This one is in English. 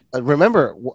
remember